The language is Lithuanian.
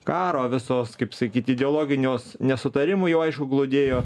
karo visos kaip sakyti ideologiniuos nesutarimų jau aišku glūdėjo